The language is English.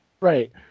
Right